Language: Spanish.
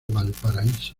valparaíso